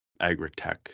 Agritech